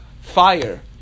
fire